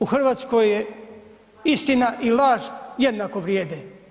U Hrvatskoj je istina i laž jednako vrijede.